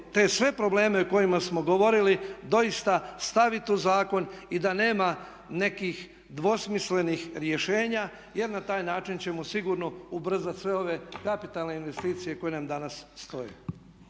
te sve probleme o kojima smo govorili doista staviti u zakon i da nema nekih dvosmislenih rješenja jer na taj način ćemo sigurno ubrzati sve ove kapitalne investicije koje nam danas stoje.